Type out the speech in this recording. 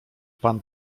pan